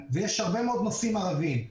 ויש הרבה מאוד נוסעים ערבים.